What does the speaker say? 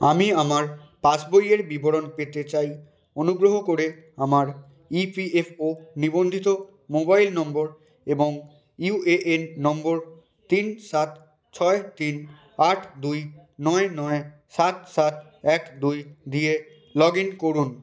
আমি আমার পাসবইয়ের বিবরণ পেতে চাই অনুগ্রহ করে আমার ইপিএফও নিবন্ধিত মোবাইল নম্বর এবং ইউএএন নম্বর তিন সাত ছয় তিন আট দুই নয় নয় সাত সাত এক দুই দিয়ে লগইন করুন